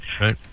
right